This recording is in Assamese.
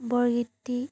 বৰগীতটি